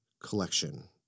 Collection